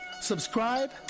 Subscribe